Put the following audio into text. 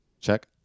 Check